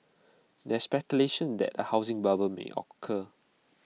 there's speculation that A housing bubble may occur